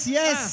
yes